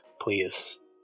please